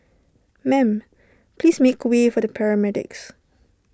ma'am please make way for the paramedics